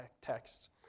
texts